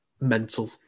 mental